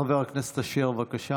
חבר הכנסת אשר, בבקשה,